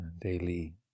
daily